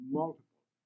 multiple